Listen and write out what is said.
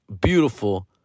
beautiful